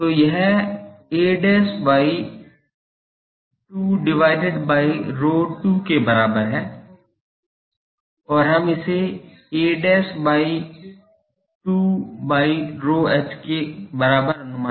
तो यह a by 2 divided by ρ2 के बराबर है और हम इसे a by 2 by ρh के बराबर अनुमानित कर रहे हैं